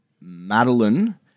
Madeline